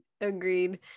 Agreed